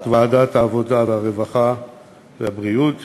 ועדת העבודה, הרווחה והבריאות